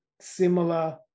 similar